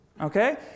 Okay